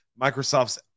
Microsoft's